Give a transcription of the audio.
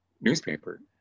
newspaper